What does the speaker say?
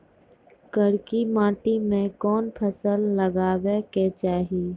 करकी माटी मे कोन फ़सल लगाबै के चाही?